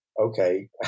Okay